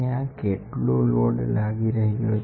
ક્યાં કેટલો લોડ લાગી રહ્યો છે